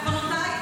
בעוונותיי,